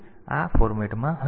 તેથી આ આ ફોર્મેટમાં હશે